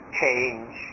change